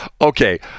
okay